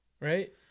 right